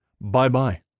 bye-bye